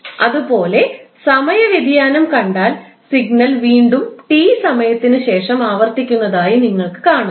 അതുപോലെ സമയ വ്യതിയാനം കണ്ടാൽ സിഗ്നൽ വീണ്ടും ടി സമയത്തിന് ശേഷം ആവർത്തിക്കുന്നതായി നിങ്ങൾക്ക് കാണാം